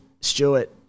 Stewart